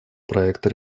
проекта